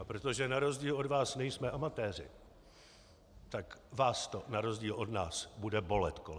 A protože na rozdíl od vás nejsme amatéři, tak vás to na rozdíl od nás bude bolet, kolegové.